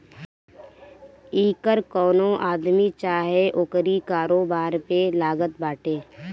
इ कर कवनो आदमी चाहे ओकरी कारोबार पे लागत बाटे